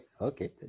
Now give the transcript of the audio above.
okay